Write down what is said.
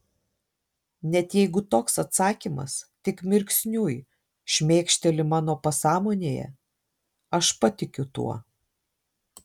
net jeigu toks atsakymas tik mirksniui šmėkšteli mano pasąmonėje aš patikiu tuo